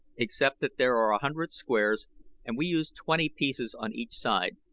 except that there are a hundred squares and we use twenty pieces on each side.